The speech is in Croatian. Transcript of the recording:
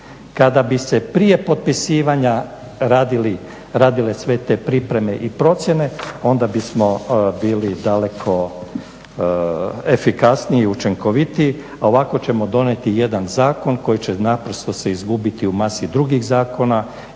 kada bi se prije potpisivanja radile sve te pripreme i procjene onda bismo bili daleko efikasniji i učinkovitiji, a ovako ćemo donijeti jedan zakon koji će naprosto se izgubiti u masi drugih zakona